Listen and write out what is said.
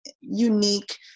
unique